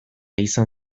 izan